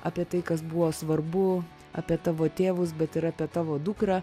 apie tai kas buvo svarbu apie tavo tėvus bet ir apie tavo dukrą